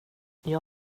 jag